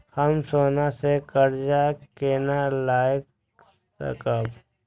हम सोना से कर्जा केना लाय सकब?